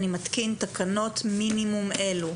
אני מתקין תקנות מינימום אלה.